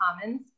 Commons